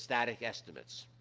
static estimates.